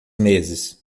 meses